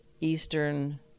Eastern